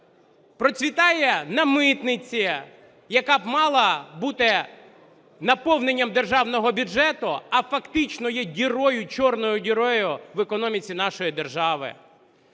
Процвітає на митниці, яка б мала бути наповненням державного бюджету, а фактично є дірою, чорною дірою в економіці нашої держави.